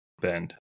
Bend